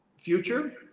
future